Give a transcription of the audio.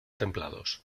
templados